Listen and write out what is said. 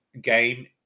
game